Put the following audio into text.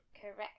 Correct